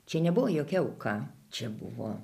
čia nebuvo jokia auka čia buvo